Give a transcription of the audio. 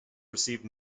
received